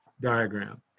diagram